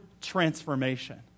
transformation